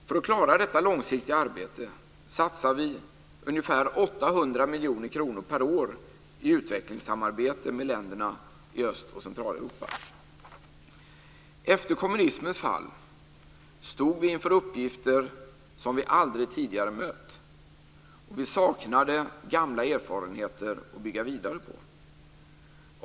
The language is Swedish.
För att klara detta långsiktiga arbete satsar vi ungefär 800 miljoner kronor per år i utvecklingssamarbete med länderna i Öst och Centraleuropa. Efter kommunismens fall stod vi inför uppgifter som vi aldrig tidigare mött, och vi saknade gamla erfarenheter att bygga vidare på.